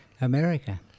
America